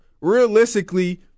realistically